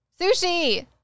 Sushi